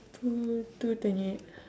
two two twenty eight